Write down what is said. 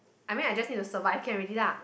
I mean I just need to survive can already lah